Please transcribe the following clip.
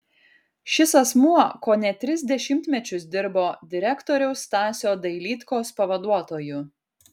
šis asmuo kone tris dešimtmečius dirbo direktoriaus stasio dailydkos pavaduotoju